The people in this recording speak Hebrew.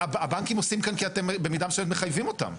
הבנקים עושים כאן כי אתם במידה מסוימת מחייבים אותם.